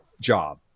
job